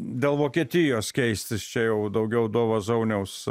dėl vokietijos keistis čia jau daugiau dovo zauniaus